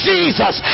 Jesus